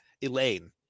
Elaine